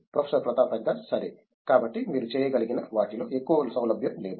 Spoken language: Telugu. ప్రొఫెసర్ ప్రతాప్ హరిదాస్ సరే కాబట్టి మీరు చేయగలిగిన వాటిలో ఎక్కువ సౌలభ్యం లేదు